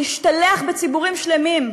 להשתלח בציבורים שלמים,